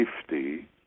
safety